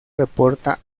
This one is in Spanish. reporta